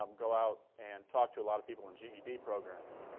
um go out and talk to a lot of people in ged programs,